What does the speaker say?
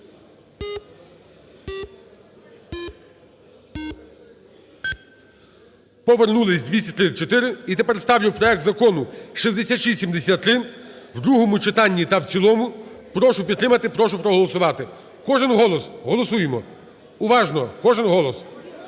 Повернулись, 234. І тепер ставлю проект Закону 6673 в другому читанні та в цілому. Прошу підтримати. Прошу проголосувати. Кожен голос. Голосуємо. Уважно! Кожен голос.